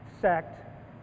sect